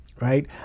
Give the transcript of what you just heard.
right